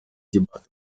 дебатов